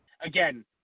again